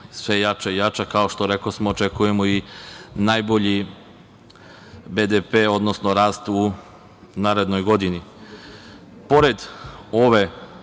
još jača i jača. Kao što rekosmo, očekujemo i najbolji BDP, odnosno rast u narednoj godini. Pored